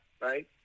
right